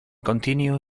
continue